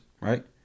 right